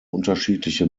unterschiedliche